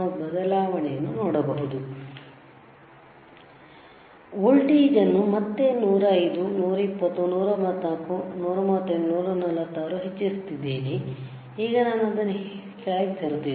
ನಾವು ಬದಲಾವಣೆಯನ್ನು ನೋಡಬಹುದು ವೋಲ್ಟೇಜ್ ಅನ್ನು ಮತ್ತೆ 105 ಮತ್ತು 120 134 138 146 ಹೆಚ್ಚಿಸುತ್ತಿದ್ದೇನೆ ಈಗ ನಾನು ಅದನ್ನು ಕೆಳಗೆ ತರುತ್ತಿದ್ದೇನೆ